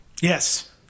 Yes